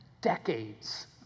decades